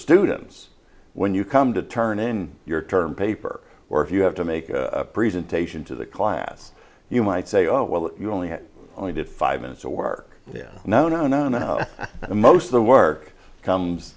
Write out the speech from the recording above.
students when you come to turn in your term paper or if you have to make a presentation to the class you might say oh well you only only did five minutes of work no no no no most of the work comes